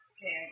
Okay